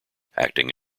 acting